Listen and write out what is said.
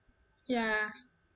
ya